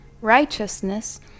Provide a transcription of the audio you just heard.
righteousness